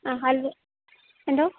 ആ ഹൽവ എന്തോ